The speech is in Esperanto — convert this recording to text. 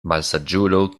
malsaĝulo